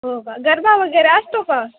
हो का गरबा वगैरे असतो का